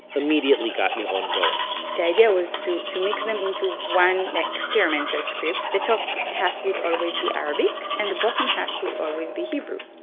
immediately got liron going the idea was to to mix them into one experimental script the top half would always be arabic, and the bottom half would always be hebrew.